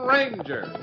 Ranger